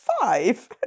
five